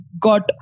got